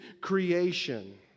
creation